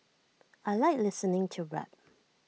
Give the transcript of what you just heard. I Like listening to rap